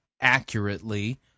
accurately